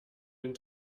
den